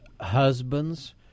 husbands